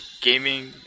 gaming